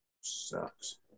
sucks